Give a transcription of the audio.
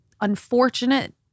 unfortunate